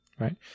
Right